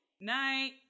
night